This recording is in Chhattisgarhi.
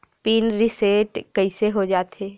पिन रिसेट कइसे हो जाथे?